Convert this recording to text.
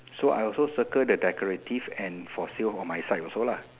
so I also circle the decorative and for sale on my side also lah